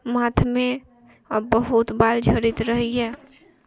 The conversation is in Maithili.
माथमे आओर बहुत बाल झड़ैत रहैया